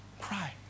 cry